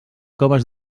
coves